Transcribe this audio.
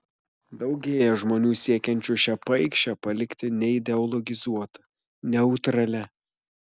daugėja žmonių siekiančių šią paikšę palikti neideologizuota neutralia